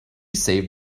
saved